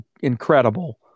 incredible